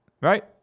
Right